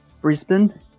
Brisbane